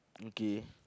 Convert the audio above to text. okay